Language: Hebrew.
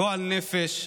גועל נפש.